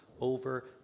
over